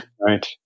Right